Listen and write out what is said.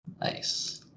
Nice